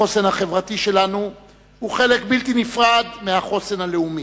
החוסן החברתי שלנו הוא חלק בלתי נפרד מהחוסן הלאומי,